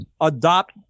adopt